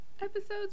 episodes